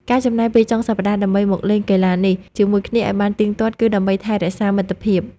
ការចំណាយពេលចុងសប្តាហ៍ដើម្បីមកលេងកីឡានេះជាមួយគ្នាឱ្យបានទៀងទាត់ គឺដើម្បីថែរក្សាមិត្តភាព។